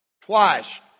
twice